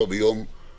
מה שכבר אושר ביום רביעי